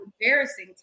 Embarrassing